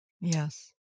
Yes